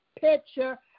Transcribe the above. picture